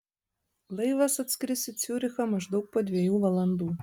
laivas atskris į ciurichą maždaug po dviejų valandų